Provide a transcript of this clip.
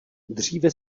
dříve